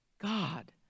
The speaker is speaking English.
God